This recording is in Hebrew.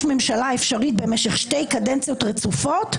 ממשלה אפשרית במשך שתי קדנציות רצופות?